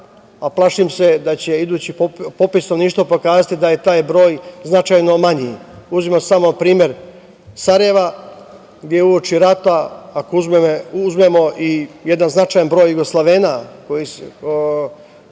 plašim se da će idući popis stanovništva pokazati da je taj broj značajno manji. Uzimam samo primer Sarajeva, gde je uoči rata, ako uzmemo i jedan značajan broj Jugoslovena, odnosno